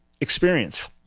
experience